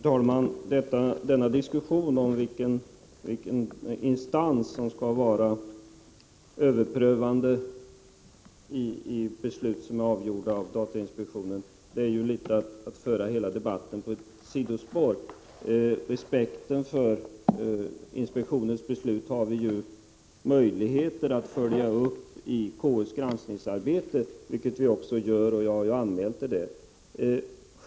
Herr talman! Diskussionen om vilken instans som skall vara överprövande när det gäller beslut som har fattats av datainspektionen är att litet föra hela debatten på ett sidospår. Respekten för inspektionens beslut har vi ju möjligheter att följa upp i konstitutionsutskottets granskningsarbete, vilket vi också gör. Jag har ju anmält ärendet dit.